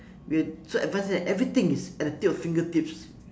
we're so advanced that everything is at the tips of fingertips